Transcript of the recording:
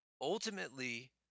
Ultimately